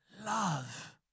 love